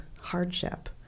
hardship